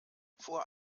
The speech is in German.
vor